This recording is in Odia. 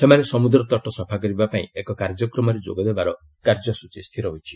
ସେମାନେ ସମୁଦ୍ର ତଟ ସଫା କରିବା ପାଇଁ ଏକ କାର୍ଯ୍ୟକ୍ରମରେ ଯୋଗ ଦେବାର କାର୍ଯ୍ୟସୂଚୀ ରହିଛି